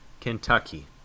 Kentucky